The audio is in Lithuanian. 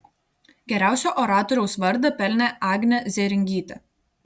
geriausio oratoriaus vardą pelnė agnė zėringytė